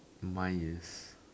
mine is